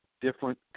Different